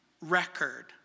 record